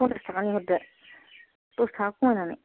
पन्सास थाखानि हरदो दस थाखा खमायनानै